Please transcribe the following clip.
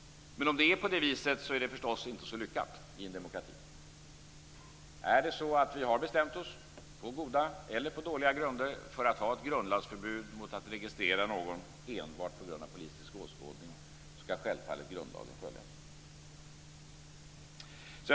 Om det är på det viset är det förstås inte så lyckat i en demokrati. Har vi på goda eller dåliga grunder bestämt oss för att ha ett grundlagsförbud mot att registrera någon enbart på grund av politisk åskådning skall självfallet grundlagen följas.